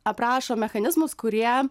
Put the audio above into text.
aprašo mechanizmus kurie